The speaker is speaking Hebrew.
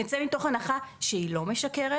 נצא מתוך נקודת הנחה שהיא לא משקרת,